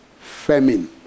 famine